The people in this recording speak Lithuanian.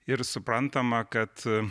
ir suprantama kad